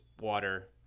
water